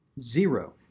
zero